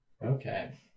Okay